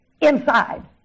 inside